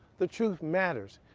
the truth matters.